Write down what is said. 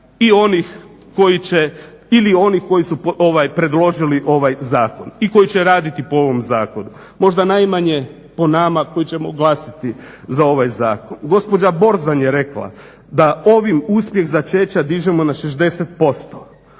ili oni koji su predložili ovaj zakon i koji će raditi po ovom zakonu. Možda najmanje po nama koji ćemo glasati za ovaj zakon. Gospođa Borzan je rekla da ovim uspjeh začeća dižemo na 60%.